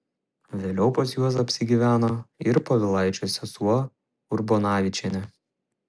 vėliau pas juos apsigyveno ir povilaičio sesuo urbonavičienė